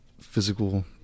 physical